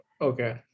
Okay